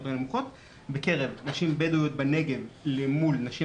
בקרב נשים בדואיות בנגב למול נשים